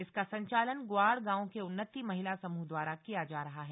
इसका संचालन ग्वाड़ गांव के उन्नति महिला समूह द्वारा किया जा रहा है